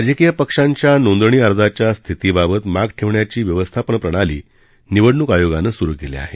राजकीय पक्षांच्या नोंदणी अर्जाच्या स्थितीबाबत माग ठेवण्याची व्यवस्थापन प्रणाली निवडणूक आयोगानं सुरु केली आहे